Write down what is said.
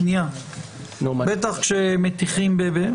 בטח כשמטיחים.